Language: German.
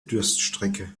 durststrecke